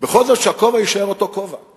בכל זאת שהכובע יישאר אותו כובע,